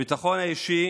הביטחון האישי